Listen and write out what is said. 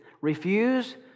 refuse